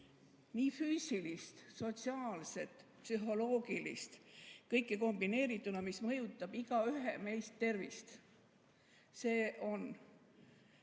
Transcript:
seda füüsilist, sotsiaalset, psühholoogilist, kõiki kombineerituna, mis mõjutab meist igaühe tervist. See on